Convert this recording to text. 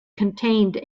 contained